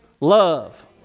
love